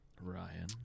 ryan